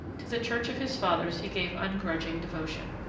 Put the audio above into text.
to the church of his fathers he gave ungrudging devotion,